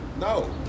no